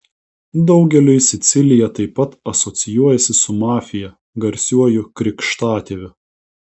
daugeliui sicilija taip pat asocijuojasi su mafija garsiuoju krikštatėviu